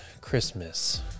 Christmas